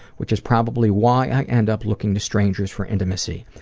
which is probably why i end up looking to strangers for intimacy.